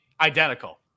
identical